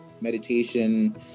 meditation